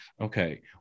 Okay